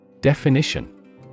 Definition